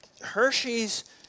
Hershey's